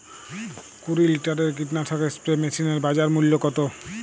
কুরি লিটারের কীটনাশক স্প্রে মেশিনের বাজার মূল্য কতো?